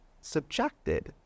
subjected